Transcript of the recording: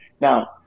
Now